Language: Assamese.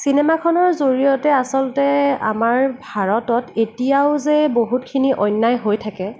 চিনেমাখনৰ জৰিয়তে আচলতে আমাৰ ভাৰতত এতিয়াও যে বহুতখিনি অন্যায় হৈ থাকে